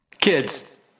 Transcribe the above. Kids